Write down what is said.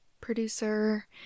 producer